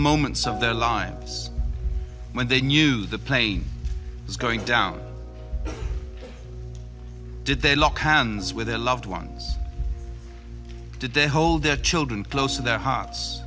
moments of their lives when they knew the plane was going down did they lock hands with their loved ones did they hold their children close to their hearts